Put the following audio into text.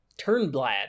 turnblad